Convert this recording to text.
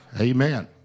Amen